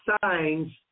signs